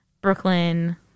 Brooklyn